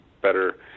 better